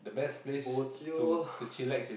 bo jio